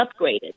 upgraded